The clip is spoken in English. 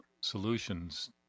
solutions